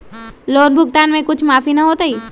Loan भुगतान में कुछ माफी न होतई?